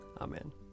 Amen